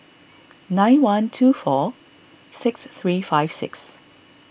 nine one two four six three five six